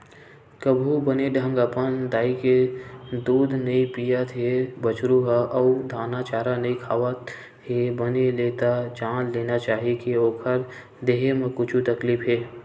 कभू बने ढंग अपन दाई के दूद नइ पियत हे बछरु ह अउ दाना चारा नइ खावत हे बने ले त जान लेना चाही के ओखर देहे म कुछु तकलीफ हे